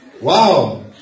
Wow